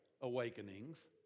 awakenings